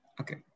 Okay